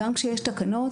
גם כשיש תקנות,